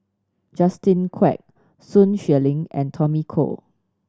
Justin Quek Sun Xueling and Tommy Koh